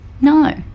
No